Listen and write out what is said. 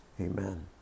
Amen